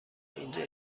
اینجا